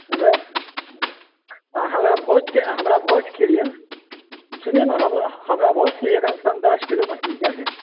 hello अहाँ हमरा भोज के हमरा भोज के लिय सुनियै ने हमरा भोज के लिय कम से कम दस किलो मछली दय देब